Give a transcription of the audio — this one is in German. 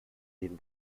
den